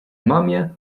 mamie